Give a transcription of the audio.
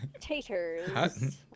taters